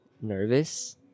nervous